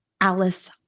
Alice